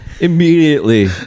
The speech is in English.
immediately